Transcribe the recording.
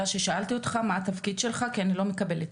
מצד אחד נטענת הטענה שאותם עובדים באים על תקן של מומחים,